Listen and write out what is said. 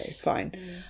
fine